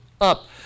up